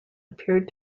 appeared